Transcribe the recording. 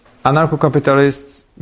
anarcho-capitalists